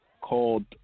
called